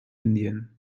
indien